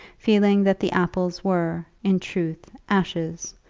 feeling that the apples were, in truth, ashes,